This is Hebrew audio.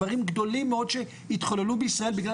דברים גדולים מאוד שהתחוללו בישראל בגלל